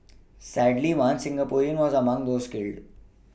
sadly one Singaporean was among those killed